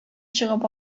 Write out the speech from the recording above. чыгып